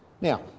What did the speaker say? Now